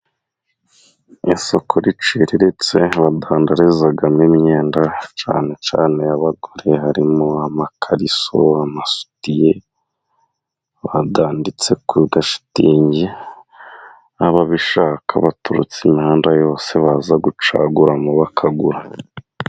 Isoko riciriritse bacururizamo imyenda cyane cyane y'abagore harimwo:amakariso, amasutiye bacururiza kuri shitingi, aba bishaka baturutse imihanda yose baza gucaguramo bakagura.